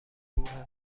دور